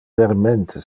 vermente